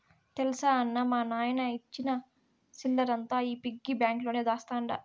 తెల్సా అన్నా, మా నాయన ఇచ్చిన సిల్లరంతా ఈ పిగ్గి బాంక్ లోనే దాస్తండ